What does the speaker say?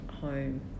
home